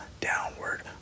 downward